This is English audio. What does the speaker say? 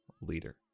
leader